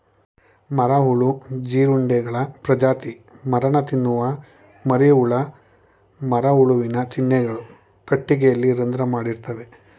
ಮರಹುಳು ಜೀರುಂಡೆಗಳ ಪ್ರಜಾತಿ ಮರನ ತಿನ್ನುವ ಮರಿಹುಳ ಮರಹುಳುವಿನ ಚಿಹ್ನೆಗಳು ಕಟ್ಟಿಗೆಯಲ್ಲಿ ರಂಧ್ರ ಮಾಡಿರ್ತವೆ